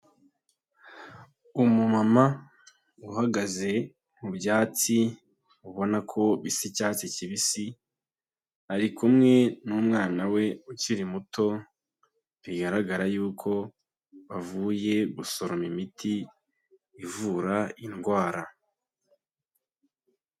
Umumama uhagaze mu byatsi ubona ko bisa icyatsi kibisi, ari kumwe n'umwana we ukiri muto bigaragara yuko bavuye gusoroma imiti ivura indwara.